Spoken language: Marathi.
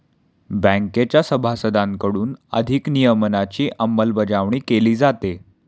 बँकेच्या सभासदांकडून बँक नियमनाची अंमलबजावणी केली जाते